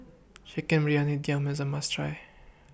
Chicken Briyani Dum IS A must Try